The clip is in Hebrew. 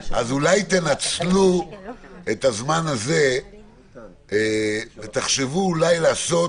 אז אולי תנצלו את הזמן הזה ותחשבו אולי לעשות